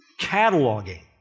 cataloging